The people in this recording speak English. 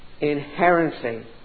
inherently